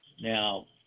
now